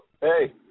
hey